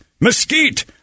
mesquite